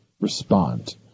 respond